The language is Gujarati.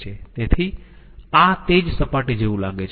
તેથી આ તે જ સપાટી જેવું લાગે છે